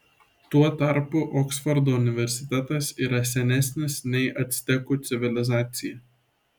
tuo tarpu oksfordo universitetas yra senesnis nei actekų civilizacija